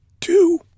Two